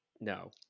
no